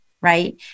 right